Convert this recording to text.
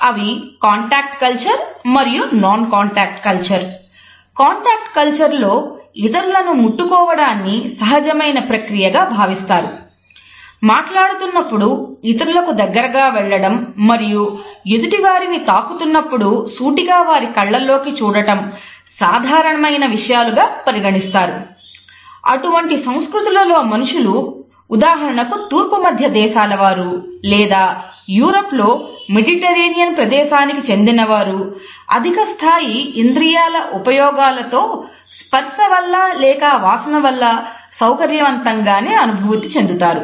అవి contact culture చెందినవారు అధిక స్థాయి ఇంద్రియ ఉపయోగాల తో స్పర్స వల్ల లేక వాసన వల్ల సౌకర్యవంతంగానే అనుభూతి చెందుతారు